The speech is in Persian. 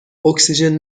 اکسیژن